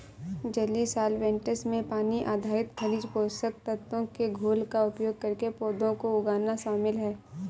जलीय सॉल्वैंट्स में पानी आधारित खनिज पोषक तत्वों के घोल का उपयोग करके पौधों को उगाना शामिल है